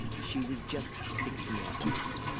she was just six years old.